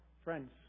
Friends